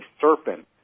serpent